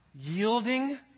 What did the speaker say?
yielding